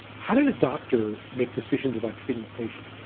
how did a doctor make decisions about treating a patient?